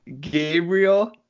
Gabriel—